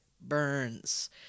burns